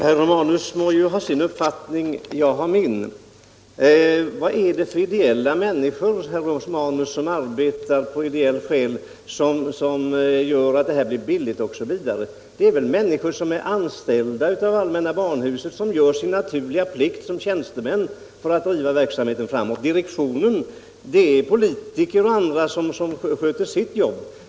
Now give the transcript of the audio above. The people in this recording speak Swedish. Herr talman! Herr Romanus må ju ha sin uppfattning, jag har min. Vad är det för ideella människor, herr Romanus, som här arbetar på ett sådant sätt att det blir bra och billigt osv.? Det är väl människor som är anställda av allmänna barnhuset och som gör sin naturliga plikt som tjänstemän för att driva verksamheten framåt. Direktionen består av politiker och andra som sköter sitt jobb.